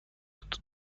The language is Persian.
بود